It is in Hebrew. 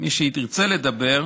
מי שירצה לדבר.